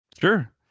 sure